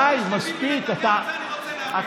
די, מספיק, חבר הכנסת כץ.